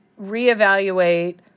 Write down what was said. reevaluate